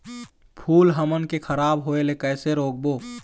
फूल हमन के खराब होए ले कैसे रोकबो?